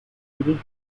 origen